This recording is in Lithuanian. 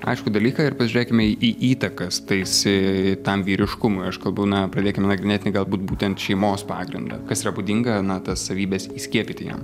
aiškų dalyką ir pažiūrėkime į įtakas tais ė tam vyriškumui aš kalbu na pradėkim nagrinėti galbūt būtent šeimos pagrindą kas yra būdinga na tas savybes įskiepyti jiem